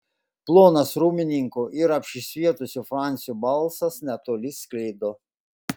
plonas rūmininko ir apsišvietusio francio balsas netoli sklido